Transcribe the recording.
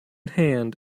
hand